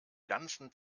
ganzen